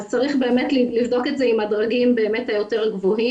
אז צריך לבדוק את זה עם הדרגים באמת היותר גבוהים.